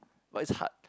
but it's hard